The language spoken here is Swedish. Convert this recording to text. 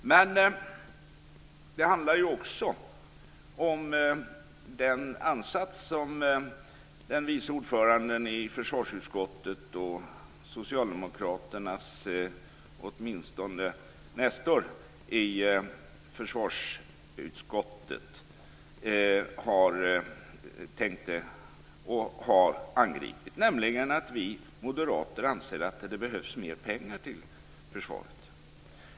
Men det handlar också om den ansats som vice ordföranden i försvarsutskottet och socialdemokraternas nestor i försvarsutskottet gav. Han har nämligen angripit att vi moderater anser att det behövs mer pengar till försvaret.